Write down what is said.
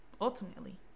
Ultimately